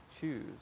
choose